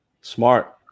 Smart